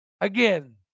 Again